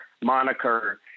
moniker